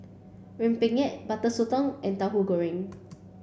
Rempeyek butter Sotong and Tahu Goreng